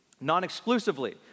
non-exclusively